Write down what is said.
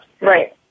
right